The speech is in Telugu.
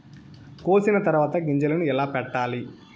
కోసిన తర్వాత గింజలను ఎలా పెట్టాలి